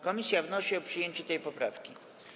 Komisja wnosi o przyjęcie tej poprawki.